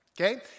Okay